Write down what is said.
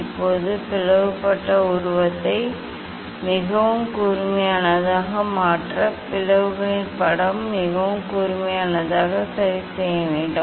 இப்போது பிளவுபட்ட உருவத்தை மிகவும் கூர்மையாக மாற்ற பிளவுகளின் படம் மிகவும் கூர்மையாக இருக்க இதை சரிசெய்ய வேண்டும்